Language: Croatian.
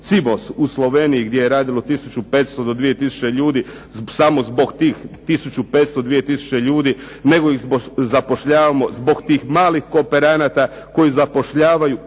Cimos u Sloveniji gdje je radilo 1500 do 2000 ljudi samo zbog tih 1500 do 2000 ljudi nego ih zapošljavamo zbog tih malih kooperanata koji zapošljavaju